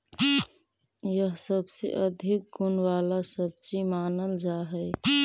यह सबसे अधिक गुण वाला सब्जी मानल जा हई